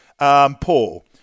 Paul